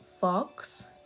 Fox